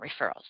referrals